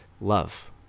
love